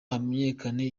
hamenyekane